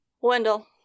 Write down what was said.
Wendell